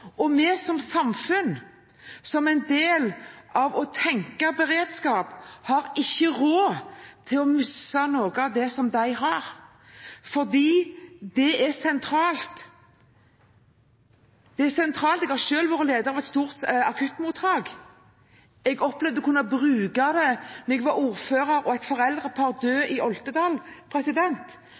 og vi som samfunn, som en del av å tenke beredskap, har ikke råd til å miste noe av det som de har, fordi det er sentralt. Det er sentralt – jeg har selv vært leder ved et stort akuttmottak. Jeg opplevde å kunne bruke det da jeg var ordfører og et foreldrepar fra Oltedal